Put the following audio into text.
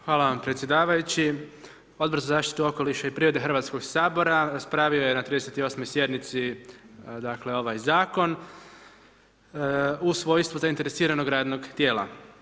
Hvala vam predsjedavajući, Odbor za zaštitu okoliša i prirode Hrvatskog sabora raspravio je na 38. sjednici ovaj zakon u svojstvu zainteresiranog radnog tijela.